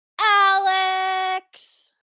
Alex